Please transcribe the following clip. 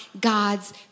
God's